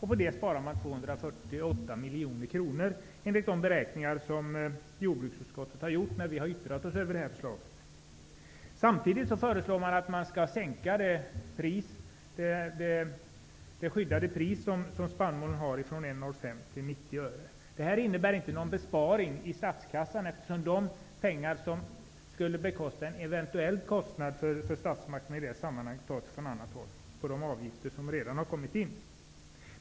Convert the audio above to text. På det sparar man 248 miljoner kronor enligt de beräkning som jordbruksutskottet har gjort när vi har yttrat oss över det här förslaget. Samtidigt föreslår man att det skyddade pris som spannmålen har skall sänkas från 1:05 till 90 öre. Det här innebär inte någon besparing i statskassan eftersom de pengar som skulle bekosta en eventuell kostnad för statsmakterna i det här sammanhanget tas från annat håll, nämligen på de avgifter som redan har kommit in.